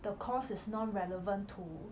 the course is not relevant to